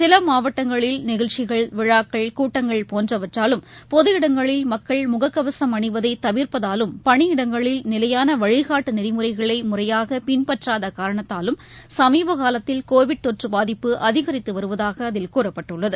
சிலமாவட்டங்களில் நிகழ்ச்சிகள் விழாக்கள் கூட்டங்கள் போன்றவற்றாலும் பொது இடங்களில் மக்கள் அணிவதைதவிர்ப்பதாலும் பணியிடங்களில் முக்கவசம் நிலையானவழிகாட்டுநெறிமுறைகளைமுறையாகபின்பற்றாதனரணத்தாலும் சமீபகாலத்தில் கோவிட் தொற்றபாதிப்பு அதிகரித்துவருவதாகஅதில் கூறப்பட்டுள்ளது